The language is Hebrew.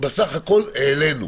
בסך הכול העלינו,